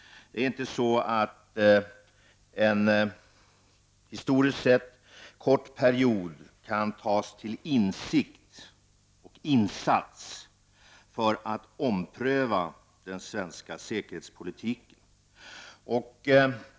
Det är inte på det sättet att en historiskt sett kort period kan tas till intäkt för att ompröva den svenska säkerhetspoliti ken.